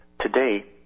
Today